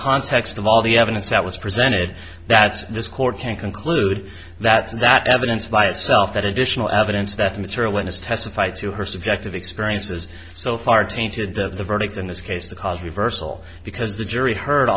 context of all the evidence that was presented that this court can conclude that that evidence by itself that additional evidence that a material witness testified to her subjective experiences so far tainted the verdict in this case the cause reversal because the jury heard